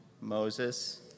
Moses